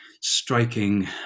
striking